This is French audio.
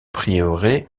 prieuré